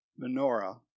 menorah